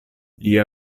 lia